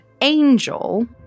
angel